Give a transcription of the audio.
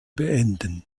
beenden